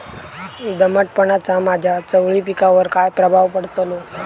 दमटपणाचा माझ्या चवळी पिकावर काय प्रभाव पडतलो?